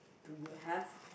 do you have